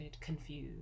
confused